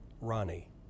Ronnie